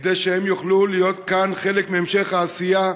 כדי שהם יוכלו להיות כאן חלק מהמשך העשייה,